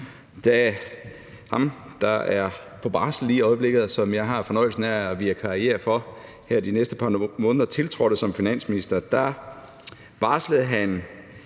Da ham, der er på barsel lige i øjeblikket, og som jeg har fornøjelsen af at vikariere for her de næste par måneder, tiltrådte som finansminister, varslede han,